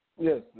Yes